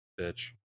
bitch